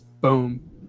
boom